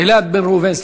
בן ראובן.